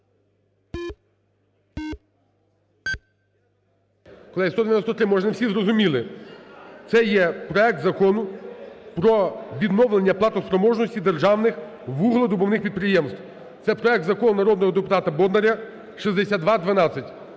Може, не всі зрозуміли, цей є проект Закону про відновлення платоспроможності державних вугледобувних підприємств, це проект закону народного депутата Бондаря (6212).